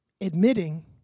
Admitting